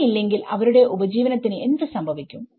ജോലി ഇല്ലെങ്കിൽ അവരുടെ ഉപജീവനത്തിന് എന്ത് സംഭവിക്കും